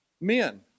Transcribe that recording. Men